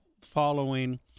following